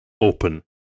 open